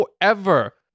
forever